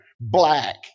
black